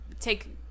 take –